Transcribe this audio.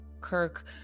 Kirk